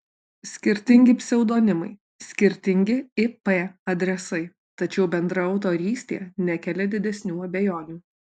skirtingi pseudonimai skirtingi ip adresai tačiau bendra autorystė nekelia didesnių abejonių